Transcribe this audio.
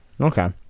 Okay